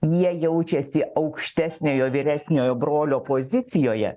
jie jaučiasi aukštesniojo vyresniojo brolio pozicijoje